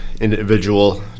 individual